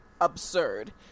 absurd